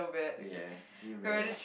ya you best